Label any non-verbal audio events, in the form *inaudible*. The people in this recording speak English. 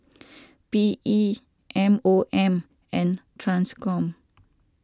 *noise* P E M O M and Transcom